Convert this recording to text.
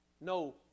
no